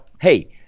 hey